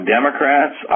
Democrats